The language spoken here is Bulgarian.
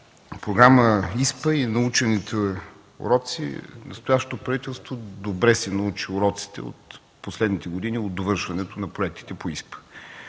Програма ИСПА и научените уроци. Настоящото правителство добре си научи уроците от последните години от довършването на проектите по ИСПА.